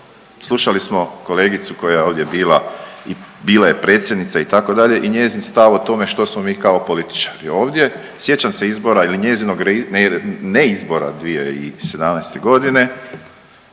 Slušali smo kolegicu koja je ovdje bila, bila je predsjednica, itd., i njezin stav o tome što smo mi kao političari ovdje, sjećam se izbora ili njezinog neizbora 2017. g.